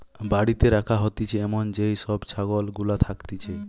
বাড়িতে রাখা হতিছে এমন যেই সব ছাগল গুলা থাকতিছে